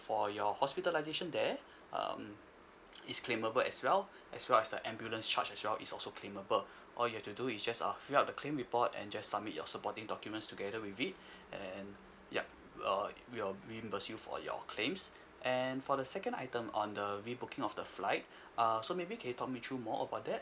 for your hospitalisation there um it's claimable as well as well as the ambulance charge as well is also claimable all you have to do is just uh fill up the claim report and just submit your supporting documents together with it and yup uh we'll reimburse you for your claims and for the second item on the rebooking of the flight err so maybe can you talk me through more about that